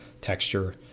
texture